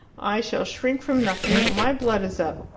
i shall shrink from nothing, for my blood is up.